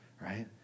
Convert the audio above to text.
right